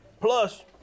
Plus